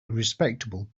respectable